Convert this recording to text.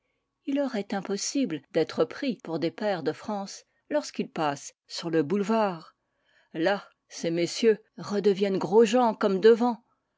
il leur est impossible d'être pris pour des pairs de france lorsqu'ils passent sur le boulevard là ces messieurs redeviennent gros-jean comme devant